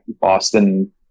Boston